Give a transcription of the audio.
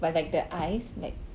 but like the eyes like